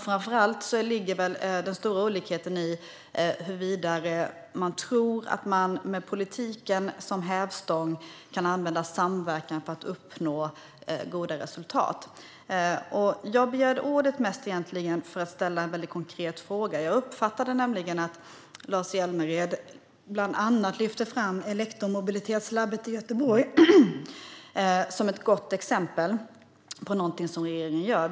Framför allt ligger väl den stora olikheten i huruvida man tror att man med politiken som hävstång kan använda samverkan för att uppnå goda resultat. Jag begärde egentligen mest ordet för att ställa en konkret fråga. Jag uppfattade nämligen att Lars Hjälmered bland annat lyfte fram elektromobilitetslabbet i Göteborg som ett gott exempel på något som regeringen gör.